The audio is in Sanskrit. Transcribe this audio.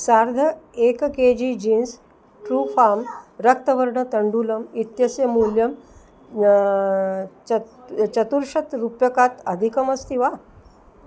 सार्ध एक K G genes true farm रक्तवर्णतण्डुलम् इत्यस्य मूल्यं चत् चतुर्शतरूप्यकात् अधिकमस्ति वा